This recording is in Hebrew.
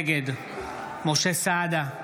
נגד משה סעדה,